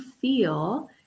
feel